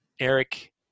Eric